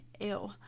ew